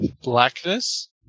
blackness